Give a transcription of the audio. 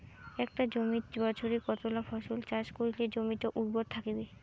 একটা জমিত বছরে কতলা ফসল চাষ করিলে জমিটা উর্বর থাকিবে?